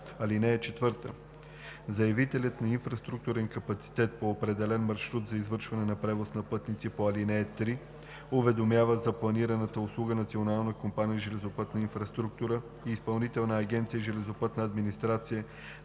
България. (4) Заявителят на инфраструктурен капацитет по определен маршрут за извършване на превоз на пътници по ал. 3 уведомява за планираната услуга Национална компания „Железопътна инфраструктура“ и Изпълнителна агенция „Железопътна администрация“